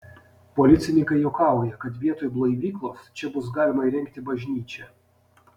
policininkai juokauja kad vietoj blaivyklos čia bus galima įrengti bažnyčią